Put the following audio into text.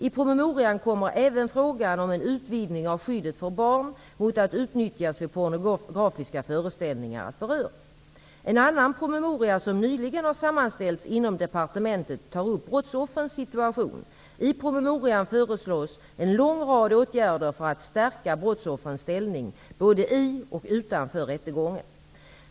I promemorian kommer även frågan om en utvidgning av skyddet för barn mot att utnyttjas vid pornografiska föreställningar att beröras. En annan promemoria som nyligen har sammanställts inom departementet tar upp brottsoffrens situation. I promemorian föreslås en lång rad åtgärder för att stärka brottsoffrens ställning, både i och utanför rättegången.